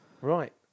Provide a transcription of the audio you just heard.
Right